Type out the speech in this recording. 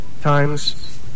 times